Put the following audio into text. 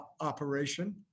operation